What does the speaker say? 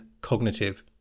cognitive